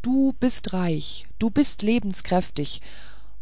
du bist reich du bist lebenskräftig